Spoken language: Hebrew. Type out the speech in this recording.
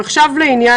לעניין